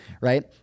right